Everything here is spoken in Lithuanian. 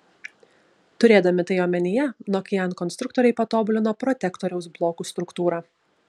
turėdami tai omenyje nokian konstruktoriai patobulino protektoriaus blokų struktūrą